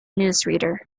newsreader